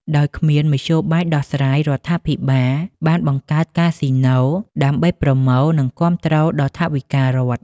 ដោយគ្មានមធ្យោបាយដោះស្រាយ រដ្ឋាភិបាលបានបង្កើតកាស៊ីណូ ដើម្បីប្រមូល និងគាំទ្រដល់ថវិការដ្ឋ។